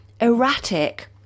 erratic